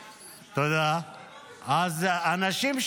אתמול,